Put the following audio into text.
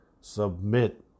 Submit